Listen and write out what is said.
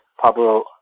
Pablo